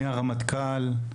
מהרמטכ"ל,